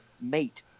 mate